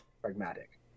pragmatic